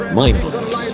mindless